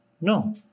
No